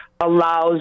allows